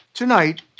Tonight